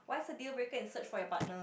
so deal breaker in search for your partner